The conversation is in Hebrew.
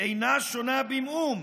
אינה שונה במאום,